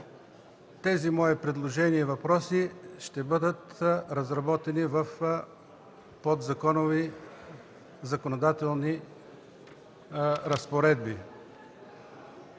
тези мои предложения и въпроси ще бъдат разработени в подзаконови законодателни разпоредби.